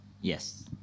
Yes